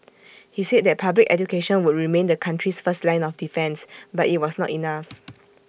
he said that public education would remain the country's first line of defence but IT was not enough